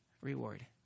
reward